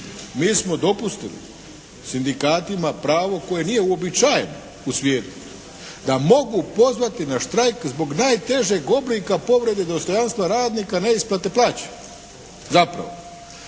mi smo dopustili Sindikatima pravo koje nije uobičajeno u svijetu. Da mogu pozvati na štrajk zbog najtežeg oblika povrede dostojanstva radnika neisplate plaće. Zapravo